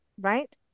right